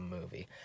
movie